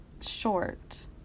short